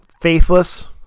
faithless